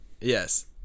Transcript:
Yes